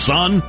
Son